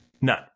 none